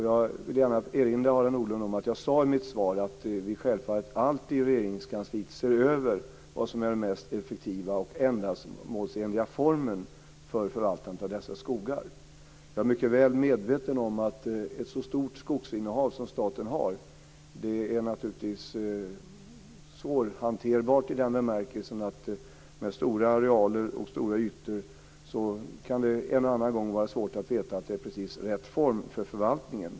Jag vill gärna erinra Harald Nordlund om att jag i mitt svar sade att vi i Regeringskansliet självfallet alltid ser över vad som är den mest effektiva och ändamålsenliga formen för förvaltandet av dessa skogar. Jag är mycket väl medveten om att ett sådant stort skogsinnehav som staten har naturligtvis är svårhanterbart. Med så stora arealer och ytor kan det en och annan gång vara svårt att veta att man har precis rätt form för förvaltningen.